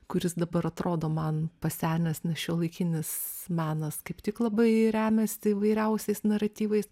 kuris dabar atrodo man pasenęs nes šiuolaikinis menas kaip tik labai remiasi įvairiausiais naratyvais